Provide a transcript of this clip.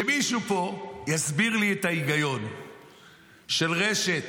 שמישהו פה יסביר לי את ההיגיון של רשת